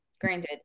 granted